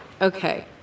Okay